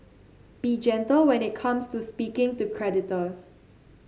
be gentle when it comes to speaking to creditors